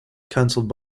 cancelled